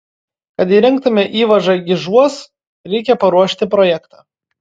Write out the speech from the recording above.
kad įrengtume įvažą gižuos reikia paruošti projektą